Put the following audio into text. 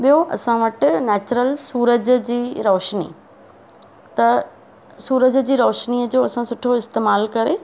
ॿियों असां वटि नैचरल सूरज जी रोशिनी त सूरज जी रोशिनीअ जो असां सुठो इस्तेमाल करे